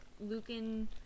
Lucan